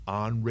on